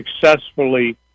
successfully